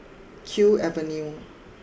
Kew Avenue